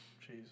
Cheese